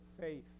faith